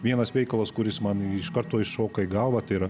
vienas veikalas kuris man iš karto iššoka į galvą tai yra